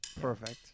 Perfect